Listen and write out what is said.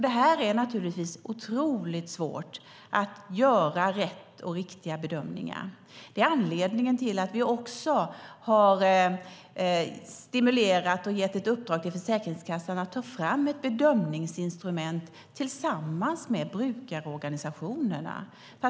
Det är naturligtvis otroligt svårt att göra riktiga bedömningar, och det är anledningen till att vi har stimulerat och gett ett uppdrag till Försäkringskassan att ta fram ett bedömningsinstrument tillsammans med brukarorganisationerna.